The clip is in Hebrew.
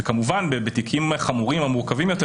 וכמובן בתיקים חמורים או מורכבים יותר,